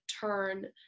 turn